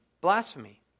blasphemy